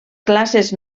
classes